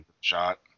shot